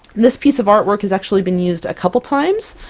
this piece of artwork has actually been used a couple times.